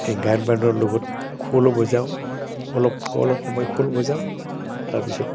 এই গায়ন বায়নৰ লগত খোলো বজাওঁ অলপ অলপ সময় খোল বজাওঁ তাৰপিছত